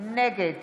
נגד